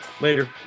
later